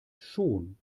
schon